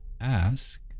ask